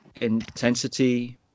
intensity